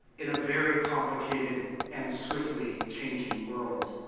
in a very complicated and swiftly changing world.